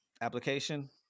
application